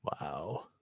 Wow